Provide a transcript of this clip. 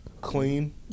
clean